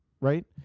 right